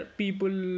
people